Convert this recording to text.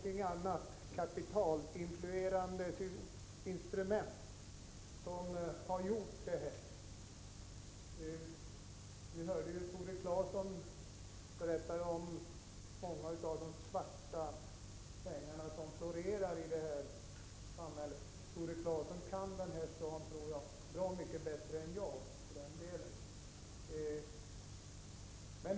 Det är ett kapitalinfluerande instrument som har åstadkommit detta. Vi kunde ju höra Tore Claeson berätta om hur svarta pengar florerade här i Stockholm — Tore Claeson känner till den här staden mycket bättre än jag.